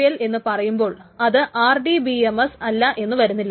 NoSQL എന്നു പറയുമ്പോൾ അത് RDBMS അല്ല എന്നു വരുന്നില്ല